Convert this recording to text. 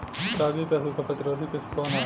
रागी क सूखा प्रतिरोधी किस्म कौन ह?